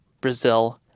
Brazil